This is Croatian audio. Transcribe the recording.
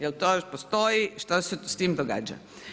Jel' to još postoji, što se s tim događa?